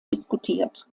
diskutiert